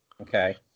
Okay